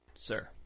Sir